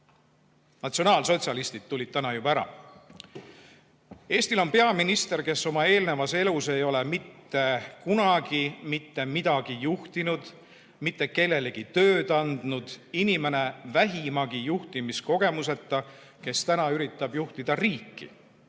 "Natsionaalsotsialistid" tuli täna juba ära. Eestil on peaminister, kes oma eelnevas elus ei ole mitte kunagi mitte midagi juhtinud, mitte kellelegi tööd andnud. [Ta on] inimene vähimagi juhtimiskogemuseta, kes täna üritab juhtida riiki.